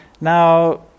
Now